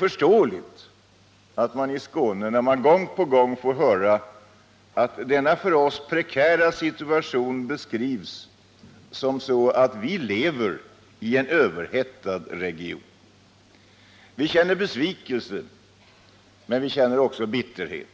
När vi i Skåne gång på gång får höra att denna för oss prekära situation beskrivs så, att vi lever i en överhettad region, är det förståeligt att vi känner inte bara besvikelse utan också bitterhet.